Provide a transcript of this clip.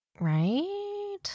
Right